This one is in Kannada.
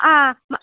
ಆಂ ಮ